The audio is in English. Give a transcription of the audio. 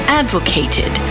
advocated